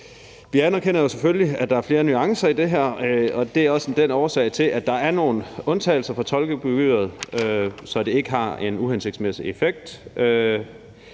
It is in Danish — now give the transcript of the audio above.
Vi anerkender selvfølgelig, at der er flere nuancer i det her, og det er også årsagen til, at der er nogle undtagelser til tolkegebyret, så det ikke har en uhensigtsmæssig effekt.